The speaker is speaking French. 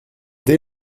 dès